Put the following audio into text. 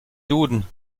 duden